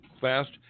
fast